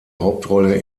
hauptrolle